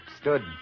stood